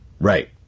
Right